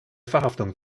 verhaftung